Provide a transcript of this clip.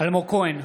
אלמוג כהן,